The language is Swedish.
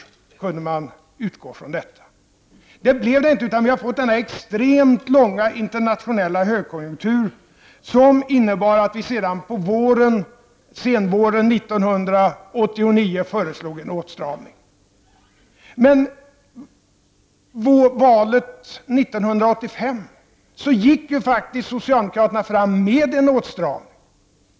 Vi ansåg att man kunde utgå från detta. Så blev det inte. Vi har fått denna extremt långa internationella högkonjunktur, som innebar att vi sedan på senvåren 1989 föreslog en åtstramning. I valet 1985 gick faktiskt socialdemokraterna fram med förslag om en åtstramning.